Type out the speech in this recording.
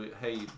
Hey